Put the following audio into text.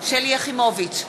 שלי יחימוביץ,